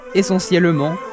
essentiellement